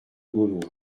gaulois